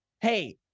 hey